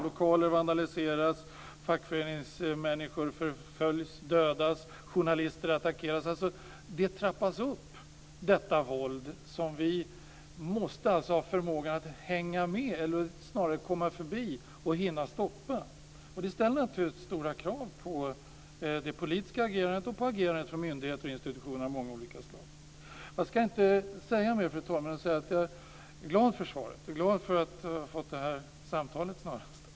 Lokaler vandaliseras, fackföreningsmänniskor förföljs och dödas och journalister attackeras. Detta våld trappas alltså upp. Vi måste ha förmågan att hänga med eller snarare komma förbi och hinna stoppa brotten. Det ställer naturligtvis stora krav på det politiska agerandet och på agerandet från myndigheter och institutioner av många olika slag. Jag ska inte säga mer, fru talman, än att jag är glad för svaret eller snarast för det här samtalet.